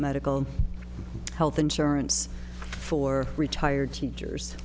medical health insurance for retired teachers